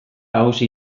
hauxe